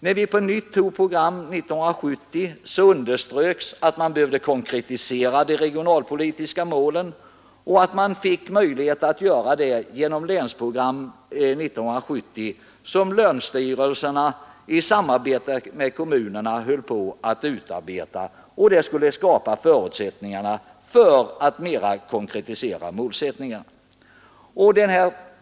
När vi på nytt beslutade ett program år 1970, underströks att man behövde konkretisera de regionalpolitiska målen, och detta fick man möjlighet att göra genom Länsprogram 1970, som länsstyrelserna i samarbete med kommunerna höll på att utarbeta.